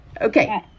Okay